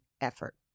effort